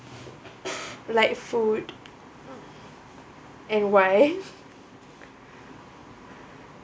like food and why